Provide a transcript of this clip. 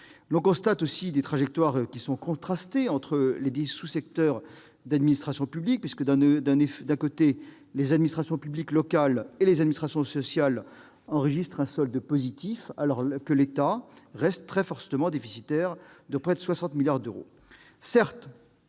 L'in constate aussi des trajectoires contrastées entre les sous-secteurs de l'administration publique. En effet, si les administrations publiques locales et les administrations sociales enregistrent un solde positif, l'État reste très fortement déficitaire, à hauteur de près de 60 milliards d'euros.